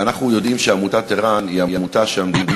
אנחנו יודעים שעמותת ער"ן היא עמותה שהמדינה